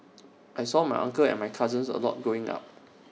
I saw my uncle and my cousins A lot growing up